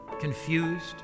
confused